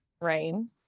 rain